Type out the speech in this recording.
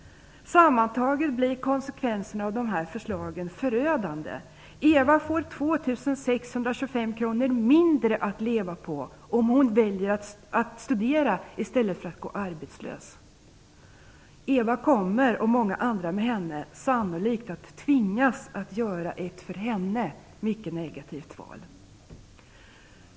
Sammantaget blir konsekvenserna av dessa förslag förödande. Eva får 2 625 kr mindre att leva på om hon väljer att studera i stället för att gå arbetslös. Eva, och många med henne, kommer sannolikt att tvingas göra ett mycket negativt val.